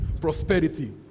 prosperity